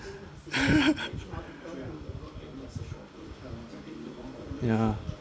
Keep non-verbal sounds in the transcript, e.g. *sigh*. *laughs* ya